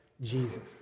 Jesus